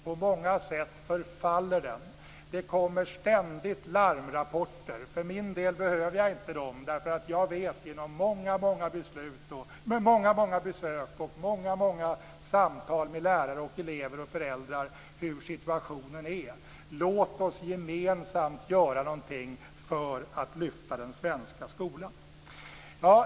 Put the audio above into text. Den förfaller på många sätt. Det kommer ständigt larmrapporter. Jag för min del behöver dem inte. Jag vet genom många besök och många samtal med lärare, elever och föräldrar hur situationen är. Låt oss gemensamt göra någonting för att lyfta den svenska skolan.